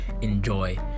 enjoy